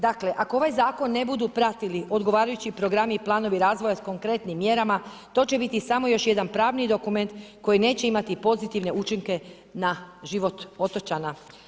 Dakle ako ovaj zakon ne budu pratili odgovarajući programi i planovi razvoja s konkretnim mjerama, to će biti samo još jedan pravni dokument koji neće imati pozitivne učinke na život otočana.